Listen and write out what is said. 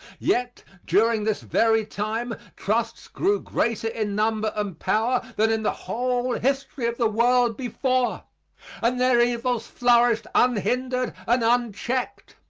yet during this very time trusts grew greater in number and power than in the whole history of the world before and their evils flourished unhindered and unchecked.